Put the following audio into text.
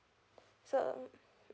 so